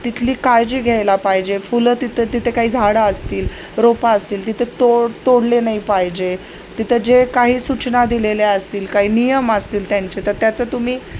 तिथली काळजी घ्यायला पाहिजे फुलं तिथं तिथे काही झाडं असतील रोप असतील तिथं तोड तोडले नाही पाहिजे तिथं जे काही सूचना दिलेल्या असतील काही नियम असतील त्यांचे तर त्याचं तुम्ही